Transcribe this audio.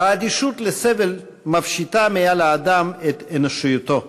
"האדישות לסבל מפשיטה את האדם מאנושיותו",